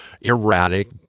erratic